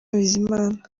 bizimana